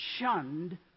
shunned